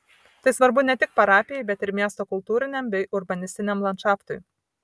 tai svarbu ne tik parapijai bet ir miesto kultūriniam bei urbanistiniam landšaftui